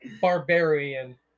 barbarian